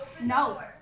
No